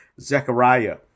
Zechariah